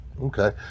Okay